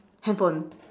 handphone